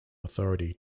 authority